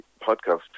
podcast